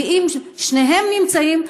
ואם שניהם נמצאים,